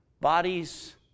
bodies